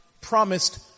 promised